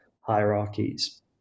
hierarchies